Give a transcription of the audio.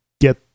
Get